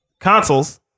Consoles